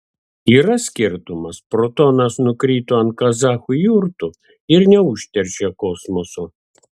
yra skirtumas protonas nukrito ant kazachų jurtų ir neužteršė kosmoso